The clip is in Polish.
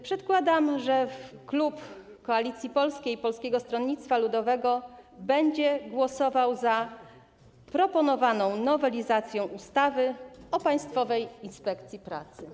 Przedkładam, że klub Koalicji Polskiej, Polskiego Stronnictwa Ludowego będzie głosował za proponowaną nowelizacją ustawy o Państwowej Inspekcji Pracy.